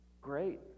Great